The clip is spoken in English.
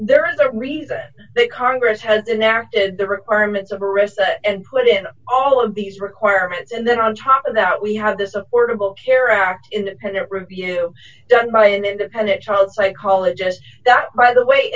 there is a reason that congress has enacted the requirements of arista and put in all of these requirements and then on top of that we have this affordable care act independent review done by an independent child psychologist that by the way